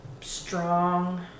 strong